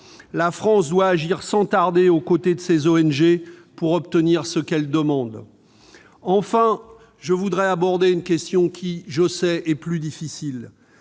La France doit agir sans tarder aux côtés de ces ONG pour obtenir ce qu'elles demandent. Enfin, j'aborderai une question que je sais plus difficile